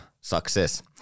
success